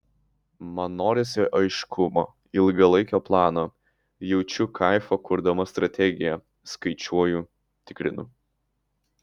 man norisi aiškumo ilgalaikio plano jaučiu kaifą kurdama strategiją skaičiuoju tikrinu